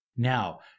Now